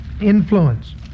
influence